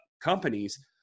companies